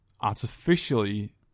artificially